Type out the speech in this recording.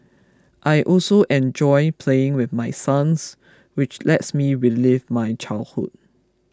I also enjoy playing with my sons which lets me relive my childhood